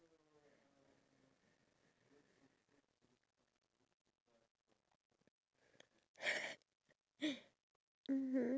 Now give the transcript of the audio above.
we should just be thankful and eat whatever we have because one day who knows we can just end up like them